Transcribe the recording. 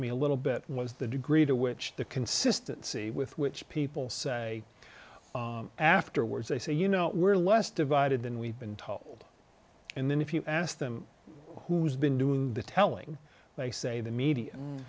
me a little bit was the degree to which the consistency with which people say afterwards i say you know we're less divided than we've been told and then if you ask them who's been doing the telling they say the medi